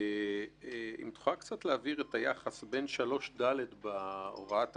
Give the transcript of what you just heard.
תוכלי להבהיר את היחס בין 3ד בהוראת השעה,